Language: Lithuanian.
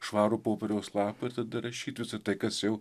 švarų popieriaus lapą darašyt visa tai kas jau